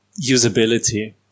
usability